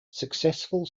successful